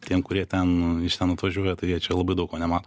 tiem kurie ten ten atvažiuoja tai jie čia labai daug ko nemato